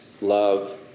love